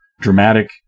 dramatic